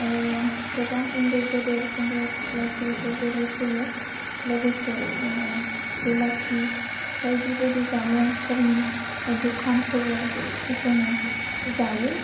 गोबां उन्दै गेदेर सेंग्रा सिख्ला ज' ज' बेरायफैयो लोगोसे जिलाफि बायदि बायदि जामुंफोरनि दुखान फोराव जोङो जायो